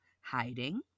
hiding